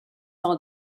all